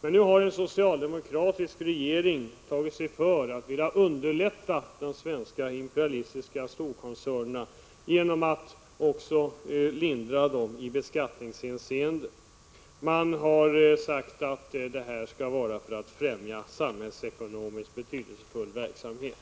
Nu har en socialdemokratisk regering tagit sig för att vilja underlätta för de svenska imperialistiska storkoncernerna genom att också skapa lindringar för dem i beskattningshänseende. Man har sagt att detta skall ske för att främja ”samhällsekonomiskt betydelsefull verksamhet”.